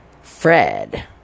Fred